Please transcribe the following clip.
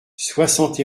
soixante